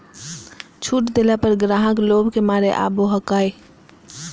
छुट देला पर ग्राहक लोभ के मारे आवो हकाई